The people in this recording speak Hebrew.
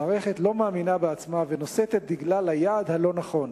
המערכת לא מאמינה בעצמה ונושאת את דגלה ליעד הלא-נכון.